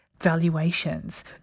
valuations